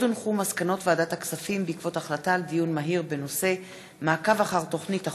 מסקנות ועדת הכספים בעקבות דיון מהיר בהצעתם של